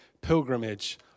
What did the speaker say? pilgrimage